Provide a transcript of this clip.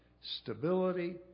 stability